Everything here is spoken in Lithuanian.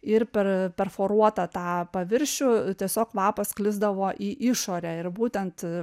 ir per perforuotą tą paviršių tiesiog kvapas sklisdavo į išorę ir būtent